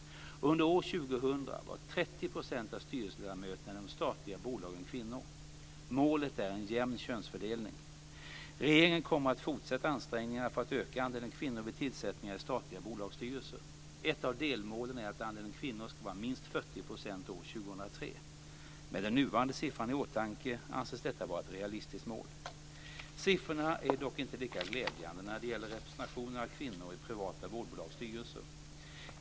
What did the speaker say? Under år 2000 var 30 % av styrelseledamöterna i de statliga bolagen kvinnor. Målet är en jämn könsfördelning. Regeringen kommer att fortsätta ansträngningarna för att öka andelen kvinnor vid tillsättningar i statliga bolagsstyrelser. Ett av delmålen är att andelen kvinnor ska vara minst 40 % år 2003. Med den nuvarande siffran i åtanke anses detta vara ett realistiskt mål. Siffrorna är dock inte lika glädjande när det gäller representation av kvinnor i privata vårdbolags styrelser.